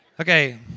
Okay